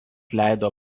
leido